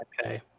Okay